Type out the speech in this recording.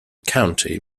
county